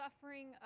suffering